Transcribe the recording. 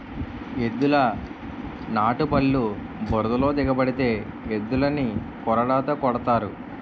ఎద్దుల నాటుబల్లు బురదలో దిగబడితే ఎద్దులని కొరడాతో కొడతారు